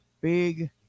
big